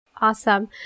Awesome